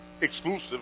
exclusive